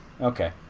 Okay